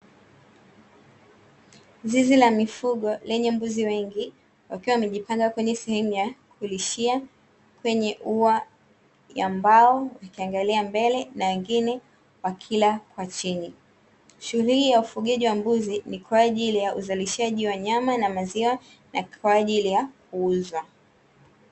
Zizi la mifugo lenye mbuzi wengi, wakiwa wamejipanga kwenye sehemu ya kulishia kwenye ua ya mbao, wakiangalia mbele na wengine kwa chini. Shuguli hii ya ufugaji wa mbuzi kwa ajili ya uzalishaji wa nyama na maziwa, na kwa ajili ya kuuza.